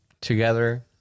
together